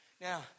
Now